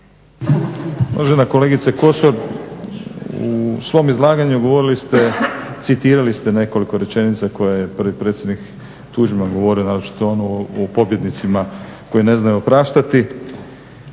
Uvažena kolegice Kosor u svom izlaganju govorili ste, citirali ste nekoliko rečenica koje je prvi predsjednik Tuđman govorio, naročito onu o pobjednicima koji ne znaju opraštati.